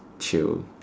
chill